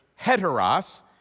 heteros